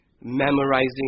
memorizing